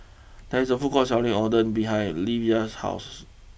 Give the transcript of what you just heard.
there is a food court selling Oden behind Livia's house